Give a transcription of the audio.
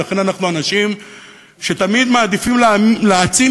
ולכן אנחנו אנשים שתמיד מעדיפים להעצים